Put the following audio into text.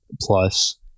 plus